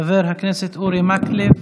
חבר הכנסת אורי מקלב,